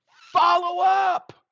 follow-up